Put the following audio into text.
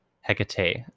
Hecate